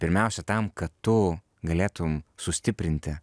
pirmiausia tam kad tu galėtum sustiprinti